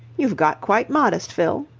you've got quite modest, fill.